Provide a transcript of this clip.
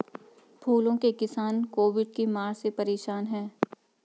फूलों के किसान कोविड की मार से परेशान है